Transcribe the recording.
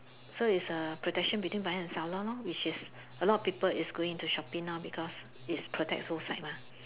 so it's a protection between buyer and seller lor which is a lot people is going into Shopee now because its protect both side mah